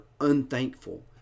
unthankful